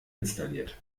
installiert